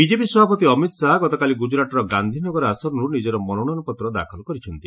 BJP ସଭାପତି ଅମିତ ଶାହା ଗତକାଲି ଗୁଜରାଟର ଗାନ୍ଧିନଗର ଆସନରୁ ନିକର ମନୋନୟନପତ୍ର ଦାଖଲ କରିଛନ୍ତି